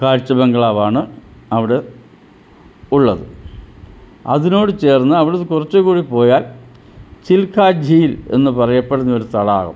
കാഴ്ച ബംഗ്ലാവാണ് അവിടെ ഉള്ളത് അതിനോട് ചേർന്ന് അവിടെ നിന്ന് കുറച്ച് കൂടി പോയാൽ ചിൽക്കാജിയിൽ എന്ന് പറയപ്പെടുന്ന ഒരു തടാകം